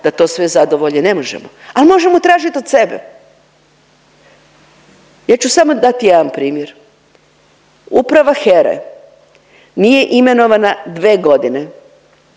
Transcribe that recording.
da to sve zadovolje, ne možemo. Ali možemo tražiti od sebe. Ja ću samo dati jedan primjer. Uprava HERA-e nije imenovana dve godine,